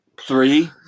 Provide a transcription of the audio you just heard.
Three